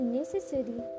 necessary